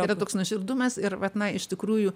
yra toks nuoširdumas ir vat na iš tikrųjų